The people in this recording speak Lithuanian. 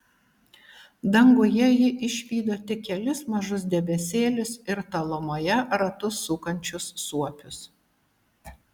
danguje ji išvydo tik kelis mažus debesėlius ir tolumoje ratu sukančius suopius